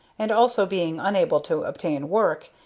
and also being unable to obtain work,